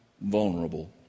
vulnerable